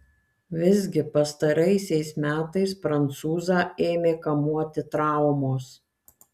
visgi pastaraisiais metais prancūzą ėmė kamuoti traumos